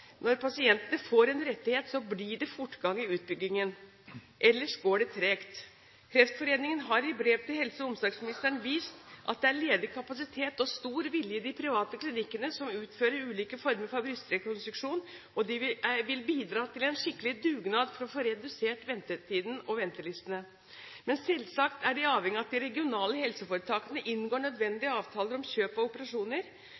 når pasientene får en rettighet, blir det fortgang i utbyggingen – ellers går det tregt! Kreftforeningen har i brev til helse- og omsorgsministeren vist til at det er ledig kapasitet og stor vilje hos private klinikker som utfører ulike former for brystrekonstruksjon, og de vil bidra til en skikkelig dugnad for å få redusert ventetiden og ventelistene. Men selvsagt er de avhengige av at de regionale helseforetakene inngår